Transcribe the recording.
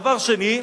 דבר שני,